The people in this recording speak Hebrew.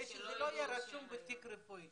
כדי שזה לא יהיה רשום בתיק רפואי.